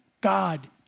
God